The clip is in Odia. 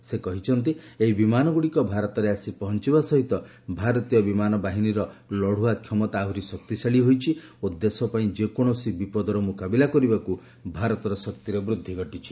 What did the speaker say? ପ୍ରତିରକ୍ଷା ମନ୍ତ୍ରୀ କହିଛନ୍ତି ଏହି ବିମାନଗୁଡ଼ିକ ଭାରତରେ ଆସି ପହଞ୍ଚିବା ସହିତ ଭାରତୀୟ ବିମାନ ବାହିନୀର ଲଢ଼ୁଆ କ୍ଷମତା ଆହୁରି ଅଧିକ ଶକ୍ତିଶାଳୀ ହୋଇଛି ଓ ଦେଶ ପାଇଁ ଯେକୌଣସି ବିପଦର ମୁକାବିଲା କରିବାକୁ ଭାରତର ଶକ୍ତିରେ ବୃଦ୍ଧି ଘଟିଛି